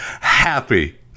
Happy